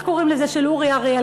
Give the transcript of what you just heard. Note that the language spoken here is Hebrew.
איך קוראים לזה של אורי אריאל,